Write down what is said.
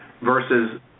versus